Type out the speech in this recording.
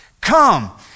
Come